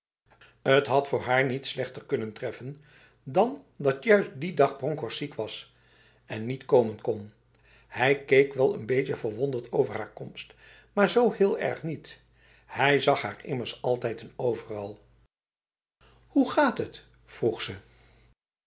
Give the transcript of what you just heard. t had voor haar niet slechter kunnen treffen dan dat juist die dag bronkhorst ziek was en niet komen kon hij keek wel een beetje verwonderd over haar komst maar zo heel erg niet hij zag haar immers altijd en overall hoe gaat het vroeg ze